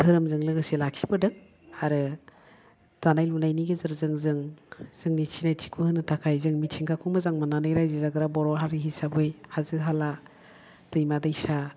दोहोरोमजों लोगोसे लाखिबोदों आरो दानाय लुनायनि गेजेरजों जों जोंनि सिनायथिखौ होनो थाखाय जों मिथिंगाखौ मोजां मोन्नानै रायजो जाग्रा बर' हारि हिसाबै हाजो हाला दैमा दैसा